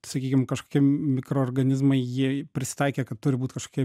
sakykim kažkokie mikroorganizmai jie prisitaikę kad turi būt kažkokie